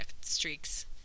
streaks